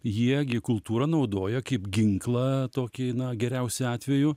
jie gi kultūrą naudoja kaip ginklą tokiai na geriausiu atveju